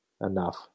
enough